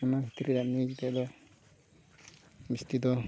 ᱚᱱᱟ ᱠᱷᱟᱹᱛᱤᱨ ᱜᱮ ᱱᱤᱭᱩᱡᱽ ᱨᱮᱭᱟᱜᱫᱚ ᱡᱟᱹᱥᱛᱤ ᱫᱚ